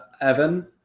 Evan